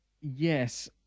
yes